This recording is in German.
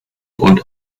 und